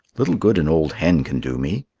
little good an old hen can do me!